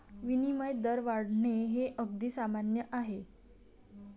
विनिमय दर वाढणे हे अगदी सामान्य आहे